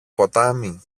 ποτάμι